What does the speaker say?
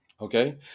Okay